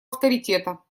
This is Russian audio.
авторитета